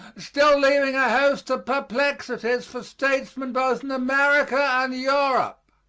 still leaving a host of perplexities for statesmen both in america and europe.